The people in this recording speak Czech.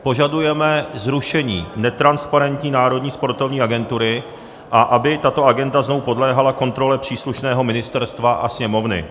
Požadujeme zrušení netransparentní Národní sportovní agentury, a aby tato agenda znovu podléhala kontrole příslušného ministerstva a Sněmovny.